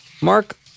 Mark